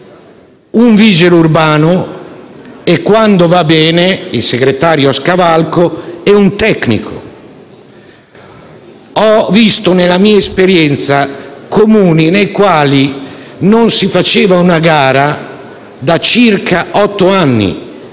un vigile urbano e, quando va bene, il segretario a scavalco e un tecnico. Ho visto, nella mia esperienza, Comuni nei quali non si faceva una gara da circa otto anni